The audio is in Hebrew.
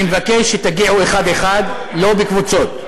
אני מבקש שתגיעו אחד-אחד, לא בקבוצות.